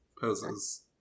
poses